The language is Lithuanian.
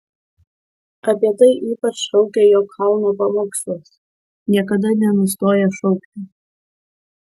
apie tai ypač šaukia jo kalno pamokslas niekada nenustoja šaukti